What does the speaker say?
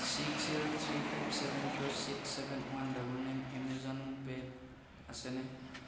six zero three five seven two six seven one double nine Amazon পে'ত আছেনে